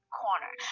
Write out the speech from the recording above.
corner